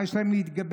מה יש להם להתגבש?